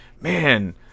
man